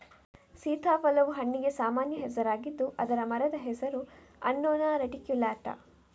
ಸೀತಾಫಲವು ಹಣ್ಣಿಗೆ ಸಾಮಾನ್ಯ ಹೆಸರಾಗಿದ್ದು ಅದರ ಮರದ ಹೆಸರು ಅನ್ನೊನಾ ರೆಟಿಕ್ಯುಲಾಟಾ